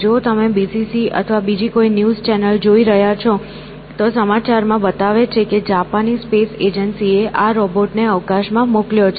જો તમે બીબીસી અથવા બીજી કોઈ ન્યૂઝ ચેનલ જોઈ રહ્યા છો તો સમાચાર માં બતાવે છે કે જાપાની સ્પેસ એજન્સીએ આ રોબોટને અવકાશમાં મોકલ્યો છે